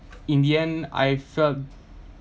in the end I felt